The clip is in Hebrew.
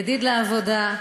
ידיד לעבודה,